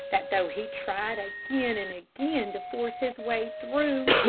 that, though he tried again and again to force his way through,